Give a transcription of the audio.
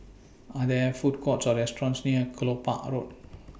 Are There Food Courts Or restaurants near Kelopak Road